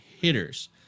hitters